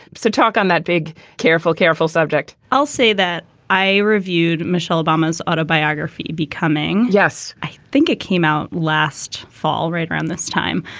so talk on that big, careful, careful subject i'll say that i reviewed michelle obama's autobiography becoming. yes, i think it came out last fall right around this time.